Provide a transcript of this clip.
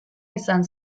izan